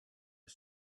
das